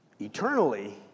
eternally